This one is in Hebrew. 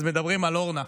מדברים על אורנה: